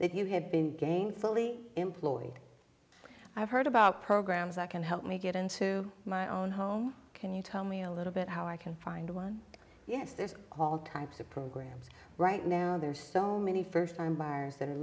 that you have been gainfully employed i've heard about programs that can help me get into my own home can you tell me a little bit how i can find one yes there's all types of programs right now there's so many first time buyers that are